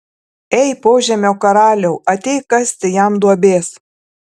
ei požemio karaliau ateik kasti jam duobės